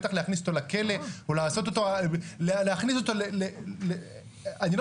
בטח להכניס אותו לכלא או להכניס אותו אני לא